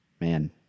man